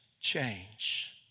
change